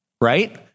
right